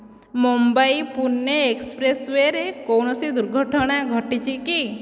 Mumbai Pune express ୱେରେ କୌଣସି ଦୁର୍ଘଟଣା ଘଟିଛି କି